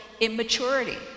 immaturity